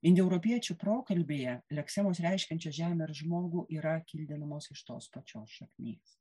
indoeuropiečių prokalbėje leksemos reiškiančio žemę žmogų yra kildinamos iš tos pačios šaknies